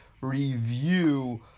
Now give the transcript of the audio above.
Review